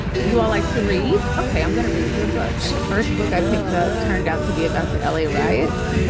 you all like to read. okay, i'm gonna read you a book. and the first book i picked up turned out to be about the l a. riots